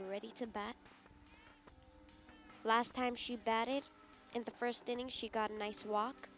ready to bat last time she bet it in the first inning she got a nice walk